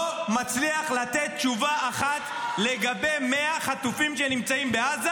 לא מצליח לתת תשובה אחת לגבי 100 חטופים שנמצאים בעזה,